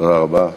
תודה רבה.